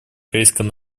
корейская